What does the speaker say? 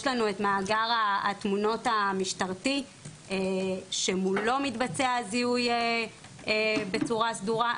יש לנו את מאגר התמונות המשטרתי שמולו מתבצע הזיהוי בצורה סדורה,